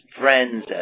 friends